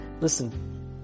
Listen